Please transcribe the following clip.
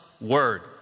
Word